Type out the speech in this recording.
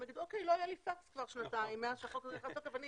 הם יאמרו שלא היה להם פקס כבר שנתיים מאז החוק נכנס לתוקף.